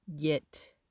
get